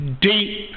deep